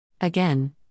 Again